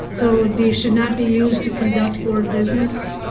so it would be, should not be used to conduct board business.